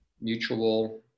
mutual